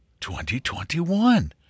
2021